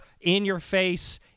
in-your-face